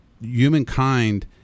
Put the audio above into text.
humankind